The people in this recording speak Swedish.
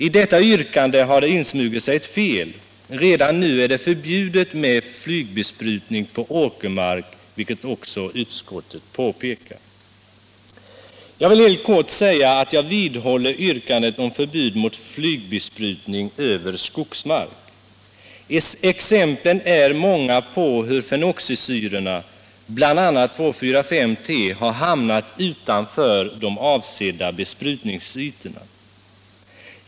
I detta yrkande har insmugit sig ett fel; redan nu är det förbjudet med flygbesprutning på åkermark, vilket också utskottet påpekar. Jag vill helt kort säga att jag vidhåller yrkandet om förbud mot flygbesprutning över skogsmark. Exemplen är många på hur fenoxisyran 2,4,5-T har hamnat utanför de avsedda besprutningsytorna.